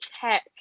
check